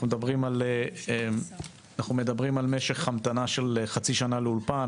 אנחנו מדברים על משך המתנה של חצי שנה לאולפן,